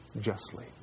justly